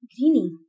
Greeny